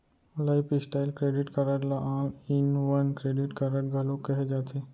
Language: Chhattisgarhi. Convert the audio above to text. लाईफस्टाइल क्रेडिट कारड ल all in one credit card घलो केहे जाथे